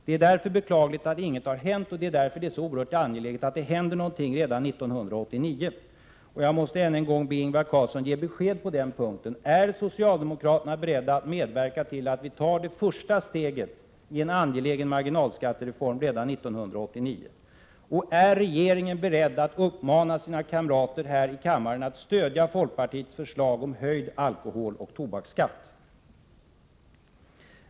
Det är därför beklagligt att ingenting har hänt, och det är därför oerhört angeläget att det händer någonting redan 1989. Jag måste än en gång be Ingvar Carlsson att ge besked på den punkten. Är socialdemokraterna beredda att medverka till att vi tar det första steget i en angelägen marginalskattereform redan 1989? Och är regeringen beredd att uppmana sina kamrater här i kammaren att stödja folkpartiets förslag om höjd alkoholoch tobaksskatt?